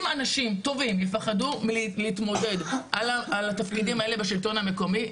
אם אנשים טובים יפחדו מלהתמודד על התפקידים האלה בשלטון המקומי,